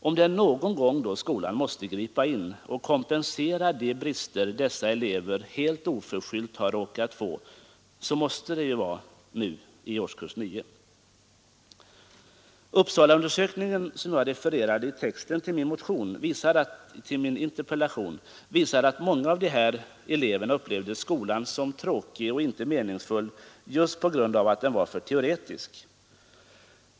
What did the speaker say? Om det är någon gång skolan måste gripa in och kompensera de brister dessa elever helt oförskyllt har råkat få måste det vara nu, i årskurs nio! Uppsalaundersökningen, som jag refererade i texten till min interpellation, visade att många av de här eleverna upplevde skolan som tråkig och icke meningsfull just på grund av att den var för teoretisk.